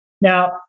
Now